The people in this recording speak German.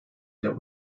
der